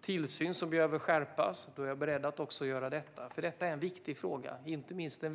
tillsyn behöver skärpas är jag beredd att göra det. Det här är nämligen en viktig fråga, inte minst under